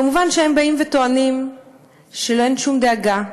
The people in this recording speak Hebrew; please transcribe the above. מובן שהם טוענים שאין שום דאגה,